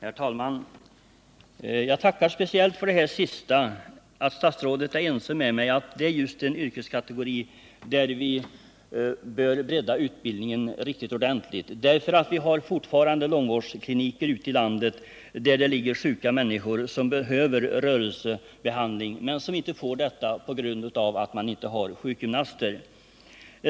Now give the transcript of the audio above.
Herr talman! Jag tackar speciellt för vad statsrådet sade senast, nämligen att statsrådet är ense med mig om att det här rör sig om en yrkeskategori där utbildningen bör breddas ordentligt. Vi har ju fortfarande långvårdskliniker ute i landet, där det ligger sjuka människor, som behöver rörelsebehandling men som inte får sådan, därför att det saknas sjukgymnaster.